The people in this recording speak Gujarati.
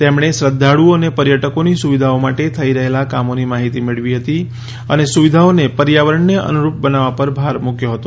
તેમણે શ્રધ્ધાળુઓ અને પર્યટકોની સુવિધાઓ માટે થઈ રહેલાં કામોની માહિતી મેળવી હતી અને સુવિધાઓને પર્યાવરણને અનુરૂપ બનાવવા પર ભાર મૂક્યો હતો